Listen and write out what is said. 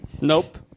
Nope